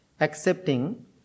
accepting